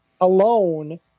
alone